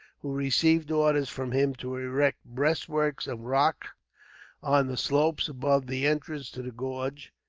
who received orders from him to erect breastworks of rock on the slopes above the entrance to the gorge,